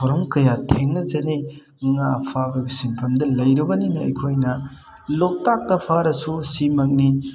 ꯊꯧꯔꯝ ꯀꯌꯥ ꯊꯦꯡꯅꯖꯅꯩ ꯉꯥ ꯐꯥꯕꯒꯤ ꯁꯤꯟꯐꯝꯗ ꯂꯩꯔꯕꯅꯤꯅ ꯑꯩꯈꯣꯏꯅ ꯂꯣꯛꯇꯥꯛꯇ ꯐꯥꯔꯁꯨ ꯁꯤꯃꯛꯅꯤ